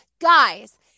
Guys